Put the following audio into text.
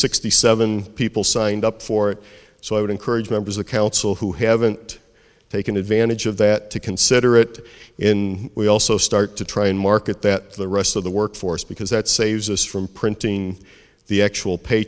sixty seven people signed up for it so i would encourage members of council who haven't taken advantage of that to consider it in we also start to try and market that the rest of the workforce because that saves us from printing the actual pay